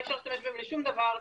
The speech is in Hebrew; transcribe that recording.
אי אפשר להשתמש בהן לשום דבר,